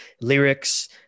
lyrics